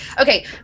Okay